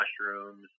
mushrooms